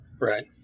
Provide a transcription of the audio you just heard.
Right